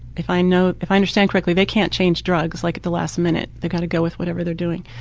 if i know, if i understand correctly, they can't change drugs like at the last minute. they've got to go with whatever they're doing.